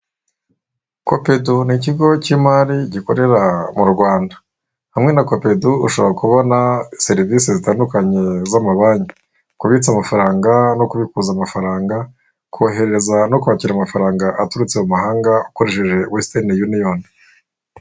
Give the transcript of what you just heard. Kopedu ni ikigo cy'imari gikorera mu Rwanda. Hamwe na kopedu ushobora kubona serivisi zitandukanye z'amabanki, kubitsa amafaranga no kubikuza amafaranga, kohereza no kwakira amafaranga aturutse mu mahanga ukoresheje western union.